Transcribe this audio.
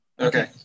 Okay